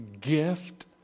gift